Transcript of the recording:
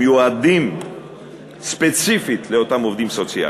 המיועדים ספציפית לאותם עובדים סוציאליים,